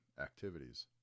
Activities